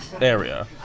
area